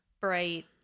bright